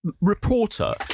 reporter